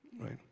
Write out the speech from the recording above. right